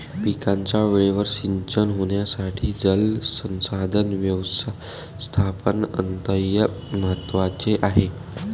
पिकांना वेळेवर सिंचन होण्यासाठी जलसंसाधन व्यवस्थापन अत्यंत महत्त्वाचे आहे